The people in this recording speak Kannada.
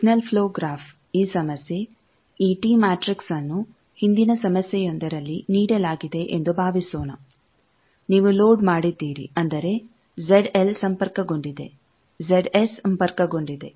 ಈಗ ಸಿಗ್ನಲ್ ಫ್ಲೋ ಗ್ರಾಫ್ ಈ ಸಮಸ್ಯೆ ಈ ಟೀ ಮ್ಯಾಟ್ರಿಕ್ಸ್ ನ್ನು ಹಿಂದಿನ ಸಮಸ್ಯೆಯೊಂದರಲ್ಲಿ ನೀಡಲಾಗಿದೆ ಎಂದು ಭಾವಿಸೋಣ ನೀವು ಲೋಡ್ ಮಾಡಿದ್ದೀರಿ ಅಂದರೆ Z L ಸಂಪರ್ಕಗೊಂಡಿದೆ Z S ಸಂಪರ್ಕಗೊಂಡಿದೆ